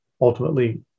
Ultimately